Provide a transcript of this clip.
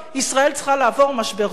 ישראל צריכה לעבור משבר זהות.